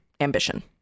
ambition